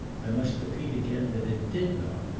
i must repeat again that it did not,